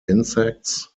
insects